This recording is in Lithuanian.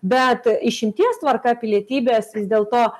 bet išimties tvarka pilietybės vis dėl to